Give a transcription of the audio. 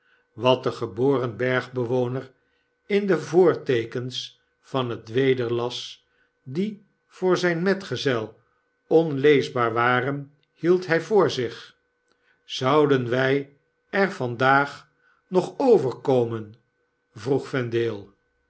wat de geboren bergbewoner in de voorteekens van het weder las die voor zjjn metgezel onleesbaar waren hield hij voor zich zouden wy er vandaag nog over komen p vroeg vendale